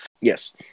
Yes